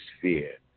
fear